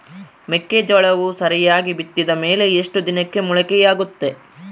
ಮೆಕ್ಕೆಜೋಳವು ಸರಿಯಾಗಿ ಬಿತ್ತಿದ ಮೇಲೆ ಎಷ್ಟು ದಿನಕ್ಕೆ ಮೊಳಕೆಯಾಗುತ್ತೆ?